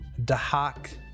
Dahak